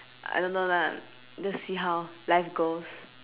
I don't know lah just see how life goes